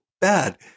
bad